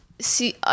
see